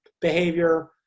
behavior